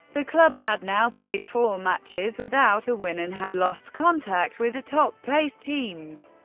the club had now played four matches without a win and had lost contact with the top placed teams.